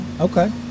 Okay